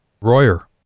Royer